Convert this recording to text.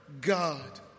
God